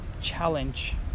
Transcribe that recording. challenge